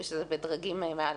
שזה בדרגים מעל.